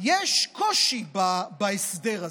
יש קושי בהסדר הזה.